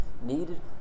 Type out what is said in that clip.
needed